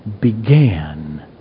began